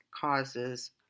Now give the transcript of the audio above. causes